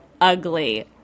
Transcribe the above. ugly